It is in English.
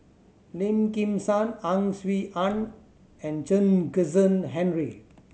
Lim Kim San Ang Swee Aun and Chen Kezhan Henri